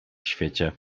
świecie